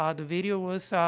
um the video was,